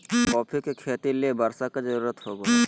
coffee के खेती ले बर्षा के जरुरत होबो हइ